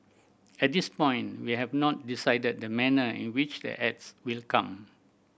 at this point we have not decided the manner in which the ads will come